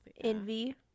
Envy